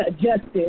justice